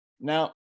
Now